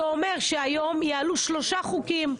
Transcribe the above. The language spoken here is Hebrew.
זה אומר שהיום יעלו שלושה חוקים.